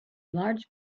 large